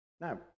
Now